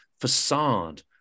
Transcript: facade